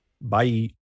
Bye